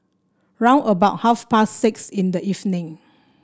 round about half past six in the evening